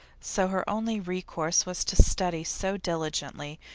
so her only recourse was to study so diligently,